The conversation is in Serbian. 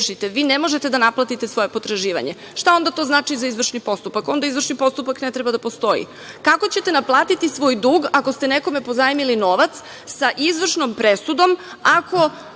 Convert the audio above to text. Vi ne možete da naplatite svoja potraživanja. Šta onda to znači za izvršni postupak? Onda izvršni postupak ne treba da postoji. Kako ćete naplatiti svoj dug ako ste nekome pozajmili novac za izvršnom presudom ako